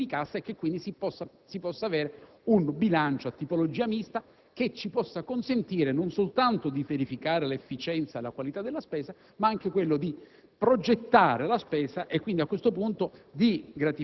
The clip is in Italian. di competenza giuridico-finanziaria e contemporaneamente di cassa e che, quindi, abbia una tipologia mista che ci possa consentire, non soltanto di verificare l'efficienza e la qualità della spesa, ma anche una